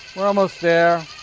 we're almost there.